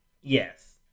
Yes